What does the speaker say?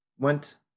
Went